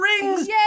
Rings